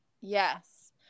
Yes